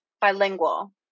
bilingual